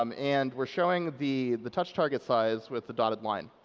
um and we're showing the the touch target size with the dotted line.